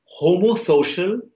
homosocial